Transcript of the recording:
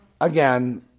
again